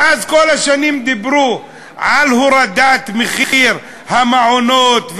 ואז כל השנים דיברו על הורדת התשלום למעונות,